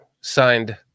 signed